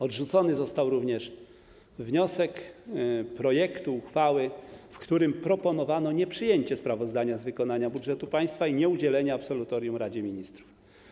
Odrzucony został również wniosek dotyczący projektu uchwały, w którym proponowano nieprzyjęcie sprawozdania z wykonania budżetu państwa i nieudzielenie absolutorium Radzie Ministrów.